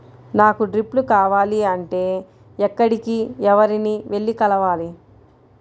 నాకు డ్రిప్లు కావాలి అంటే ఎక్కడికి, ఎవరిని వెళ్లి కలవాలి?